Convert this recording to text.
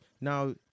now